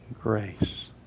grace